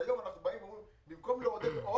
היום אנחנו אומרים: במקום לעודד אז